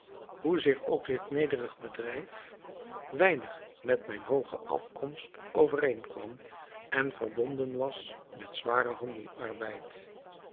hoezeer ook dit nederig bedrijf weinig met mijne hooge afkomst overeenkwam en verbonden was met zwaren